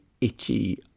itchy